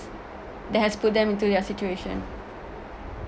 that has put them into their situation